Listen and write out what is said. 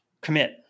commit